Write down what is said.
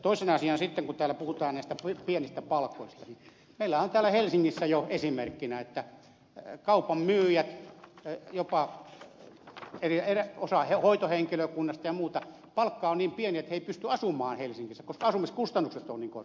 toisena asiana sitten kun täällä puhutaan näistä pienistä palkoista niin meillä on täällä helsingissä jo esimerkkinä että kaupan myyjien jopa osan hoitohenkilökunnasta ja muista palkka on niin pieni että he eivät pysty asumaan helsingissä koska asumiskustannukset ovat niin korkeat